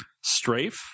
Strafe